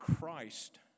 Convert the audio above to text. Christ